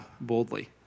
boldly